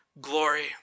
glory